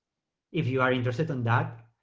if you are interested in that,